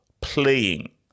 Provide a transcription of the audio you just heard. playing